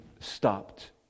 stopped